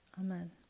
Amen